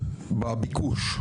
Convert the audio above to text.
מבחינת הביקוש.